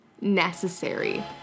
necessary